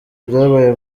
byabaye